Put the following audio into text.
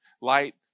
Light